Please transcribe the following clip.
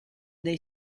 dei